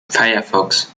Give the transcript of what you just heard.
firefox